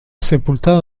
sepultado